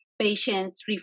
patients